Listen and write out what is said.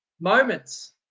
moments